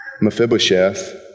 Mephibosheth